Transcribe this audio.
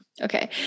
Okay